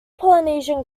polynesian